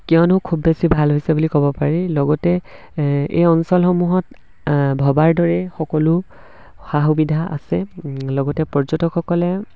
কিয়নো খুব বেছি ভাল হৈছে বুলি ক'ব পাৰি লগতে এই অঞ্চলসমূহত ভবাৰ দৰেই সকলো সা সুবিধা আছে লগতে পৰ্যটকসকলে